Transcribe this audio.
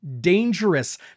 Dangerous